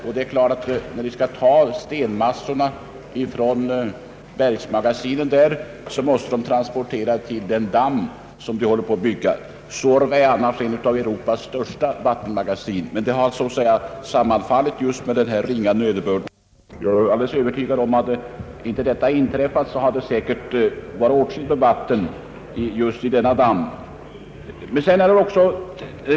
Man tar nu stenmassor från bergsmagasinen och transporterar dem till den damm som man håller på att bygga. Suorvadammen är annars ett av Europas största vattenmagasin. Hade inte bristen på elkraft sammanfallit med en ringa nederbörd är jag övertygad om att det hade funnits åtskilligt mer vatten i denna damm.